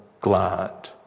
glad